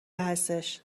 هستش